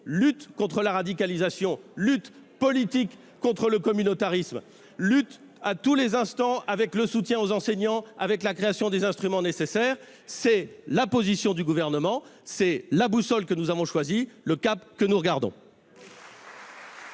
lutte contre la radicalisation, lutte politique contre le communautarisme, lutte à tous les instants, soutien aux enseignants, création des instruments nécessaires. Telle est la position du Gouvernement, la boussole que nous avons choisie, le cap que nous suivons